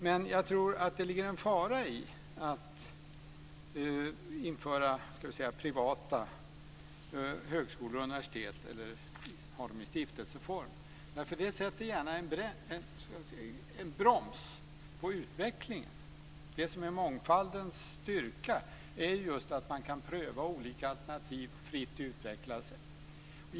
Men det ligger en fara i att införa privata högskolor och universitet eller att ha dem i stiftelseform. Det kan sätta en broms på utvecklingen. Det som är mångfaldens styrka är just att man kan pröva olika alternativ och utvecklas fritt.